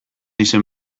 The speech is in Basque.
izen